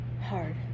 hard